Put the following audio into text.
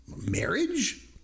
marriage